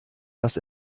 dass